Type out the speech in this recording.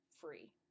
free